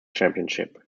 championship